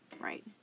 Right